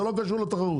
זה לא קשור לתחרות.